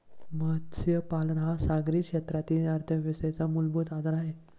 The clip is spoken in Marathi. मत्स्यपालन हा सागरी क्षेत्रातील अर्थव्यवस्थेचा मूलभूत आधार आहे